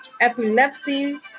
epilepsy